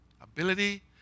ability